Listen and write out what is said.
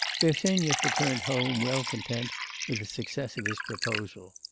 bersenyev returned home, well content with the success of his proposal.